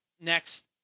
next